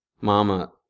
Mama